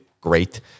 great